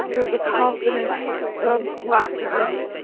the the confidence, or lack thereof.